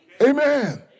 amen